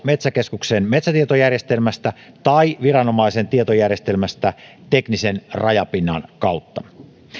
metsäkeskuksen metsätietojärjestelmästä tai viranomaisen tietojärjestelmästä teknisen rajapinnan kautta